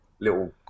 little